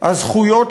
הזכויות שלהם,